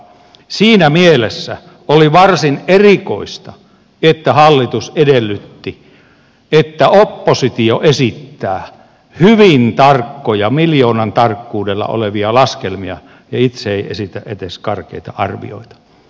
siinä mielessä oli varsin erikoista että hallitus edellytti että oppositio esittää hyvin tarkkoja miljoonan tarkkuudella olevia laskelmia ja itse ei esitä edes karkeita arvioita